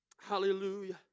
Hallelujah